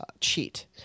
cheat